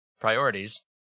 priorities